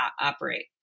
operate